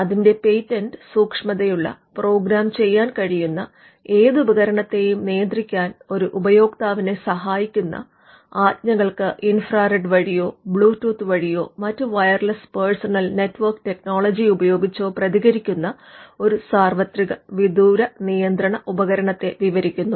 അതിന്റെ പേറ്റന്റ് സൂക്ഷ്മതയുള്ള പ്രോഗ്രാം ചെയ്യാൻ കഴിയുന്ന ഏത് ഉപകരണത്തെയും നിയന്ത്രിക്കാൻ ഒരു ഉപയോക്താവിനെ സഹായിക്കുന്ന ആജ്ഞകൾക്ക് ഇൻഫ്രാറെഡ് വഴിയോ ബ്ലൂ ടൂത്ത് വഴിയോ മറ്റ് വയർലസ് പേഴ്സണൽ നെറ്റ്വർക്ക് ടെക്നോളജി ഉപയോഗിച്ചോ പ്രതികരിക്കുന്ന ഒരു സാർവത്രിക വിദൂരനിയന്ത്രണ ഉപകരണത്തെ വിവരിക്കുന്നു